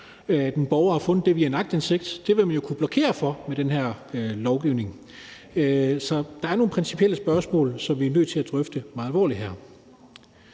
At en borger har kunnet finde det via en aktindsigt, vil man jo kunne blokere for med den her lovgivning. Så der er nogle principielle spørgsmål, som vi er nødt til at drøfte meget indgående her.